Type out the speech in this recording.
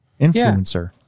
Influencer